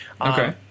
Okay